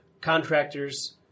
contractors